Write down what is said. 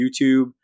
youtube